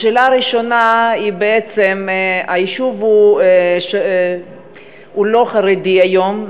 השאלה הראשונה: היישוב הוא לא חרדי היום,